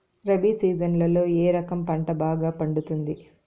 రబి సీజన్లలో ఏ రకం పంట బాగా పండుతుంది